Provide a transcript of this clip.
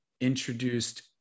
introduced